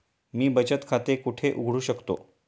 मी बचत खाते कुठे उघडू शकतो?